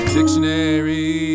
dictionary